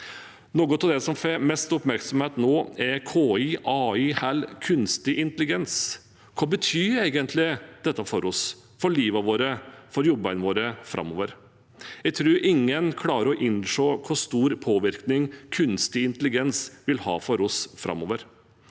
Noe av det som får mest oppmerksomhet nå, er KI – AI – eller kunstig intelligens. Hva betyr egentlig dette for oss, for livet vårt og for jobbene våre framover? Jeg tror ingen klarer å innse hvor stor påvirkning kunstig intelligens vil ha på oss framover.